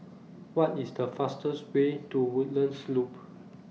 What IS The fastest Way to Woodlands Loop